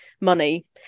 money